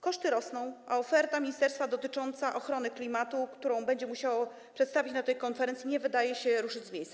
Koszty rosną, ale oferta ministerstwa dotycząca ochrony klimatu, którą będzie musiało przedstawić na tej konferencji, nie wydaje się, żeby ruszyła z miejsca.